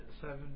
seven